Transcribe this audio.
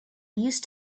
used